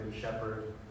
shepherd